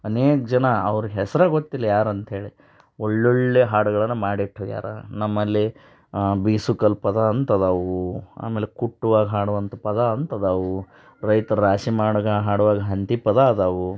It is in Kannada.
ಅನೇಕ ಜನ ಅವ್ರ ಹೆಸರೇ ಗೊತ್ತಿಲ್ಲ ಯಾರು ಅಂತೇಳಿ ಒಳ್ಳೊಳ್ಳೆಯ ಹಾಡುಗಳನ್ನ ಮಾಡಿಟ್ಟು ಹೋಗ್ಯಾರೆ ನಮ್ಮಲ್ಲಿ ಬೀಸುಕಲ್ಲು ಪದ ಅಂತ ಇದಾವೆ ಆಮೇಲೆ ಕುಟ್ಟುವಾಗ ಹಾಡುವಂಥ ಪದ ಅಂತ ಇದಾವೆ ರೈತರು ರಾಶಿ ಮಾಡ್ಗ ಹಾಡುವ ಹಂತಿ ಪದ ಇದಾವೆ